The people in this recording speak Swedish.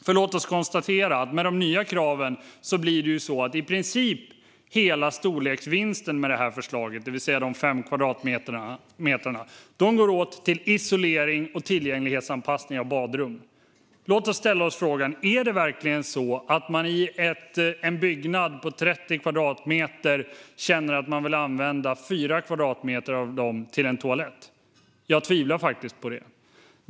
För låt oss konstatera: Med den nya kraven kommer i princip hela storleksvinsten med förslaget, det vill säga de 5 kvadratmeterna, att gå åt till isolering och tillgänglighetsanpassning av badrum. Låt oss ställa oss frågan: Är det verkligen så att man i en byggnad på 30 kvadratmeter känner att man vill använda 4 av dessa kvadratmeter till en toalett? Jag tvivlar faktiskt på det.